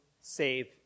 save